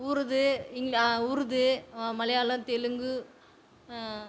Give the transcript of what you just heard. உருது இங்லா உருது மலையாளம் தெலுங்கு